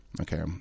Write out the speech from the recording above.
Okay